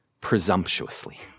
Presumptuously